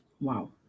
Wow